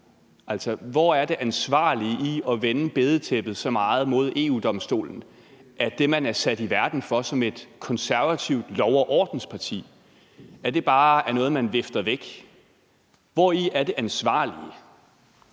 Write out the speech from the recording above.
Hvor er det ansvarlige i at vende bedetæppet så meget mod EU-Domstolen, at det, man er sat i verden for som et konservativt lov- og ordenparti, bare er noget, man vifter væk? Hvori er det ansvarlige?